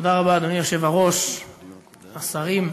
אדוני היושב-ראש, תודה רבה, השרים,